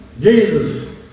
Jesus